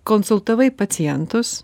konsultavai pacientus